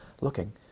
looking